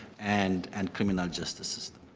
and and criminal justice system.